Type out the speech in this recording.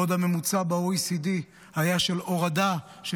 בעוד הממוצע ב-OECD היה של הורדה של